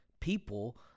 people